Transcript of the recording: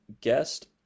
guest